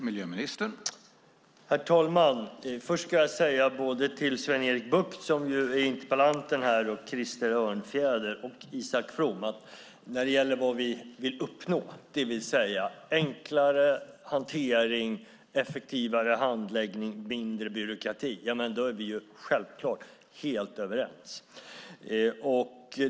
Herr talman! Till Sven-Erik Bucht, som är interpellant, Krister Örnfjäder och Isak From vill jag säga att när det gäller vad vi vill uppnå, det vill säga enklare hantering, effektivare handläggning och mindre byråkrati, är vi självklart helt överens.